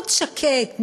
ערוץ שקט,